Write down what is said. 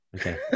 Okay